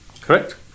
Correct